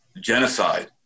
genocide